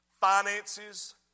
finances